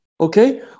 Okay